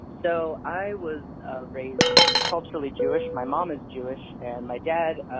so i was raised culturally jewish. my mom is jewish and my dad,